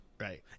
right